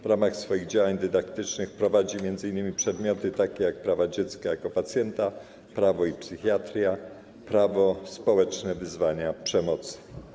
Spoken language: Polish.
W ramach swoich działań dydaktycznych prowadzi m.in. przedmioty takie jak prawa dziecka jako pacjenta, prawo i psychiatria, prawo - społeczne wyzwania przemocy.